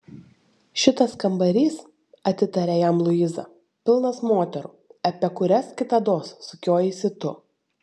šitas kambarys atitarė jam luiza pilnas moterų apie kurias kitados sukiojaisi tu